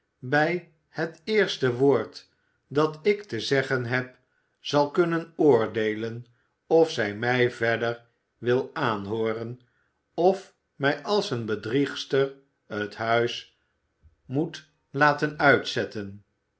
bij het eerste woord dat ik te zeggen heb zal kunnen oordee en of zij mij verder wil aanhooren of mij als eene bedriegster het huis moet laten uitzetten